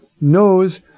knows